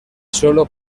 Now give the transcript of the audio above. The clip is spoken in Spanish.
solo